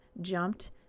jumped